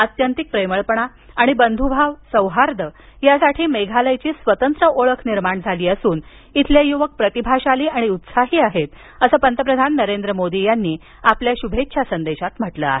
आत्यंतिक प्रेमळपणा आणि बंध्भाव सौंहार्द यासाठी मेघालयची स्वतंत्र ओळख निर्माण झाली असून इथले युवक प्रतिभाशाली आणि उत्साही आहेत असं पंतप्रधान नरेंद्र मोदी यांनी आपल्या संदेशात म्हटलं आहे